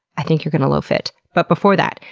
i think you're gonna loaf it. but before that,